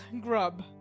grub